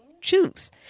choose